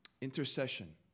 Intercession